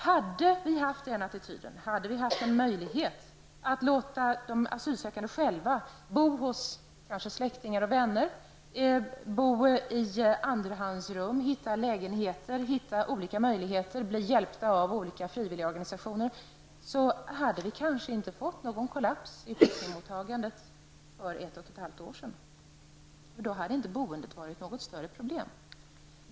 Hade vi haft den attityden hade vi också haft möjlighet att låta dem bo hos släktingar och vänner, i andrahandsrum, att hitta lägenheter på annat sätt, bli hjälpta av olika frivilligorganisationer, osv. Då hade vi kanske inte fått någon kollaps i flyktingmottagandet för ett och ett halvt år sedan, eftersom boendet då inte hade varit något större problem.